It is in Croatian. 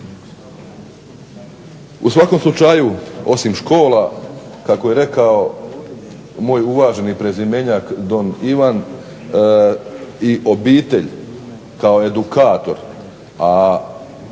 U svakom slučaju osim škola kako je rekao moj uvaženi prezimenjak don Ivan i obitelj kao edukator, a valjalo